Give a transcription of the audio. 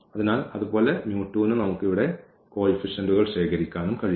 അതിനാൽ അതുപോലെ നും നമുക്ക് ഇവിടെ കോയിഫിഷ്യന്റ്കൾ ശേഖരിക്കാനും കഴിയും